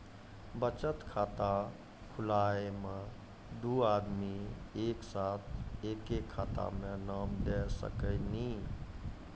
बचत खाता खुलाए मे दू आदमी एक साथ एके खाता मे नाम दे सकी नी?